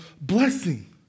blessing